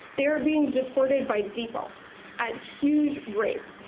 they are being deported by default at huge rates,